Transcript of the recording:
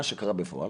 מה שקרה בפועל,